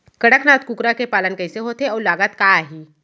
कड़कनाथ कुकरा के पालन कइसे होथे अऊ लागत का आही?